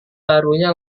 barunya